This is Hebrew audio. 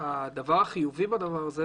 הדבר החיובי בזה,